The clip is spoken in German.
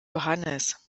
johannes